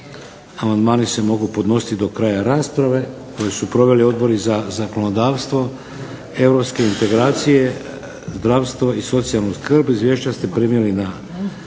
Amandmani se mogu podnositi do kraja rasprave koju su proveli odbori za zakonodavstvo, europske integracije, zdravstvo i socijalnu skrb. Izvješća ste primili na